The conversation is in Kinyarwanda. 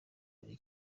buri